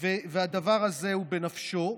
והדבר הזה הוא בנפשו.